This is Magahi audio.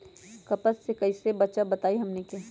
कपस से कईसे बचब बताई हमनी के?